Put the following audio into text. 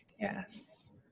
yes